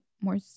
more